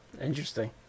interesting